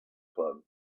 club